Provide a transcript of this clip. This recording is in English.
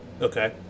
Okay